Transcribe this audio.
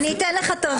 אני אתן לך תרחיש.